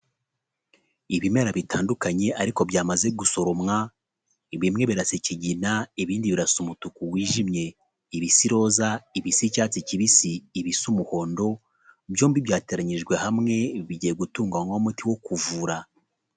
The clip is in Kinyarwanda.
Ibimera bitandukanye ariko byamaze gusoromwa; ibimwe birasa ikigina ibindi birasa umutuku wijimye; ibisa iroza, ibisa icyatsi kibisi, ibisa umuhondo byombi byateranyijwe hamwe bigiye gutunganywamo umuti wo kuvura.